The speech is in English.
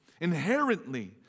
inherently